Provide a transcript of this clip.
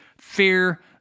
fear